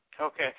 Okay